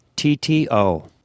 T-T-O